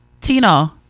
Tina